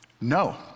No